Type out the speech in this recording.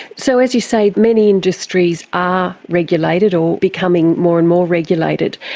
so as you say, many industries are regulated, or becoming more and more regulated.